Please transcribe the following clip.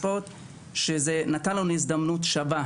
שזה נתן לנו הזדמנות שווה,